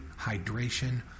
hydration